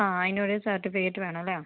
ആ അതിനൊരു സർട്ടിഫികറ്റ് വേണം അല്ലേ